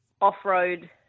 off-road